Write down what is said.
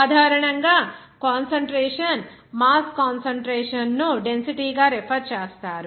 సాధారణంగా concentration mass concentration ను density గా రెఫెర్ చేస్తారు